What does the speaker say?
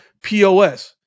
POS